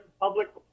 public